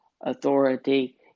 authority